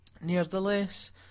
nevertheless